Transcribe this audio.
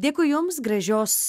dėkui jums gražios